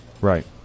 Right